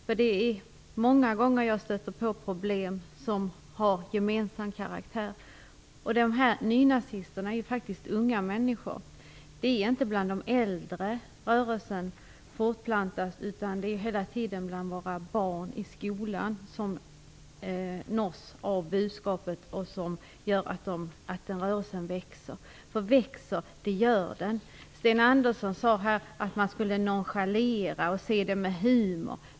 Jag stöter många gånger på problem som har gemensam karaktär. Nynazisterna är unga människor. Rörelsen fortplantas inte bland äldre personer, utan det är genomgående våra skolbarn som nås av budskapet och som gör att rörelsen växer. Det är alltså klart att rörelsen växer. Sten Andersson sade att man skall nonchalera den och se på den med humor.